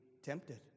tempted